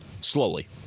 slowly